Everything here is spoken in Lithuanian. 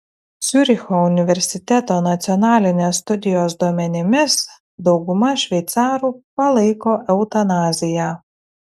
ciuricho universiteto nacionalinės studijos duomenimis dauguma šveicarų palaiko eutanaziją